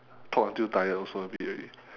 talk until tired also a bit already